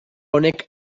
honek